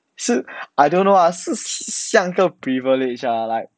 是 I don't know lah 是像个 privilege ah like